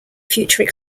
future